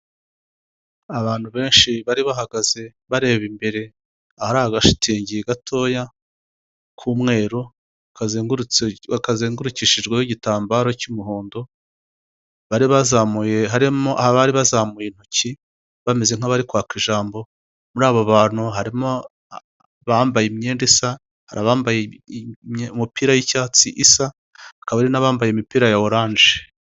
Uyu n'umukuru w'igihugu cyu Rwanda, aho yari ari kwiyampamariza kuyobora ndetse nk'uko bigaragara abaturage bakaba bari kumugaragariza urukundo, bamwishimiye kandi bamwereka ko bamushyigikiye.